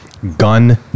gun